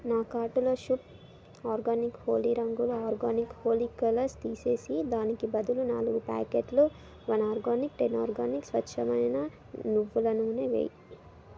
నా కార్టులో శుభ్ ఆర్గానిక్ హోలీ రంగులు ఆర్గానిక్ హోలీ కలర్స్ తీసేసి దానికి బదులు నాలుగు ప్యాకెట్లు వన్ ఆర్గానిక్ టెన్ ఆర్గానిక్ స్వచ్ఛమైన నువ్వుల నూనె వేయి